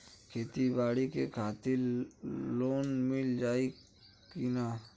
खेती बाडी के खातिर लोन मिल जाई किना?